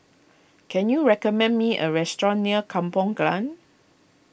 can you recommend me a restaurant near Kampong Glam